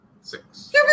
Six